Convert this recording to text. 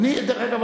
דרך אגב,